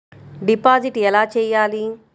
Deposit ఎలా చెయ్యాలి?